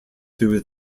through